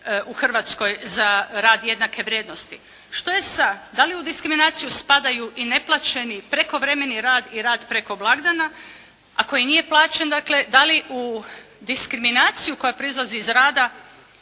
u Hrvatskoj za rad jednake vrijednosti? Što je sa, da li u diskriminaciju spadaju i neplaćeni prekovremeni rad i rad preko blagdana a koji nije plaćen dakle da li u diskriminaciju koja proizlazi iz rada